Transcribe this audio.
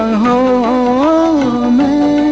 who oh,